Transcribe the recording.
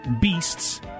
beasts